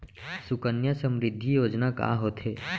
सुकन्या समृद्धि योजना का होथे